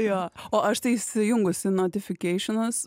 jo o aš tai išsijungusi notifikeišinus